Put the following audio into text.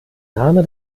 name